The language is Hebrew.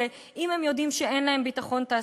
אם הם יודעים שאין להם ביטחון תעסוקתי?